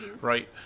right